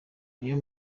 niyo